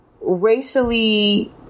racially